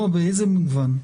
לא, באיזה מובן?